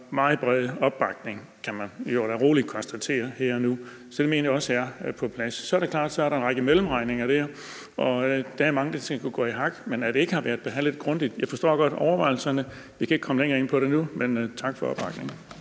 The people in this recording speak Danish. meget bred opbakning kan man jo da roligt konstatere her og nu. Så det mener jeg også er på plads. Så er det klart, at der er en række mellemregninger, og der er mange ting, der skulle gå i hak, men at det ikke har været behandlet grundigt, mener jeg ikke. Jeg forstår godt overvejelserne. Jeg kan ikke komme længere ind på det nu, men tak for opbakningen.